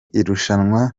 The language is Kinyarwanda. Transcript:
irushanwa